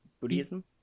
Buddhism